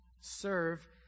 Serve